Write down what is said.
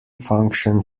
function